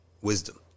wisdom